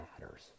matters